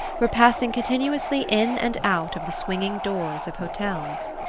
were passing continuously in and out of the swinging doors of hotels.